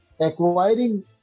Acquiring